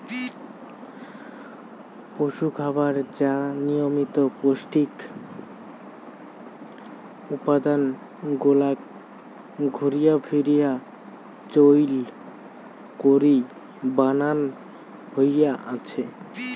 পশুখাবার যা নিয়মিত পৌষ্টিক উপাদান গুলাক ঘুরিয়া ফিরিয়া চইল করি বানান হয়া আছে